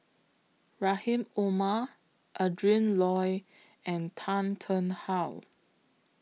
Rahim Omar Adrin Loi and Tan Tarn How